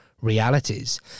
realities